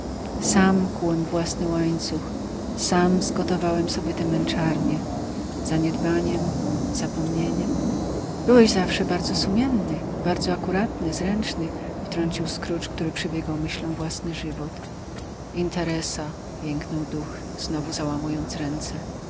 sam kułem własny łańcuch sam zgotowałem sobie te męczarnie zaniedbaniem zapomnieniem byłeś zawsze bardzo sumienny bardzo akuratny zręczny wtrącił scrooge który przebiegał myślą własny żywot interesa jęknął duch znowu załamując ręce